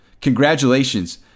Congratulations